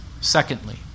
Secondly